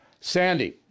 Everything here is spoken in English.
Sandy